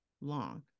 long